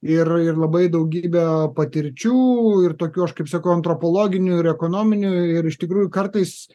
ir ir labai daugybė patirčių ir tokių aš kaip sakau antropologinių ir ekonominių ir iš tikrųjų kartais